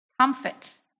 comfort